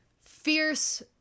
fierce